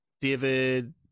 David